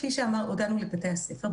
כפי שהודענו לבתי הספר,